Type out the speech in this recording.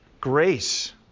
Grace